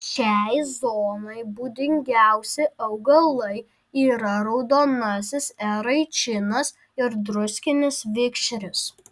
šiai zonai būdingiausi augalai yra raudonasis eraičinas ir druskinis vikšris